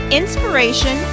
inspiration